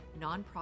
nonprofit